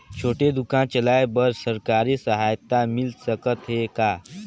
छोटे दुकान चलाय बर सरकारी सहायता मिल सकत हे का?